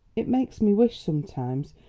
it makes me wish, sometimes,